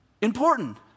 important